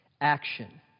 Action